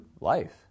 life